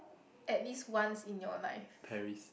at least once in your life